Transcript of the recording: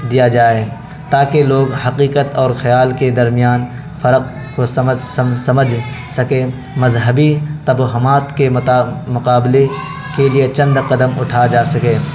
دیا جائے تاکہ لوگ حقیقت اور خیال کے درمیان فرق کو سمجھ سمجھ سکیں مذہبی تبہمات کے مقابلے کے لیے چند قدم اٹھا جا سکے